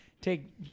take